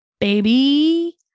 baby